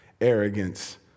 arrogance